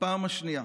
בפעם השנייה,